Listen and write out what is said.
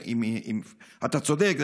אתה צודק,